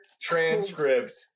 transcript